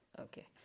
Okay